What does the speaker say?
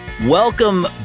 welcome